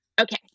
Okay